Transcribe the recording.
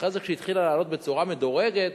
ואחרי זה כשהתחילה לעלות בצורה מדורגת,